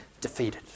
defeated